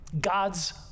God's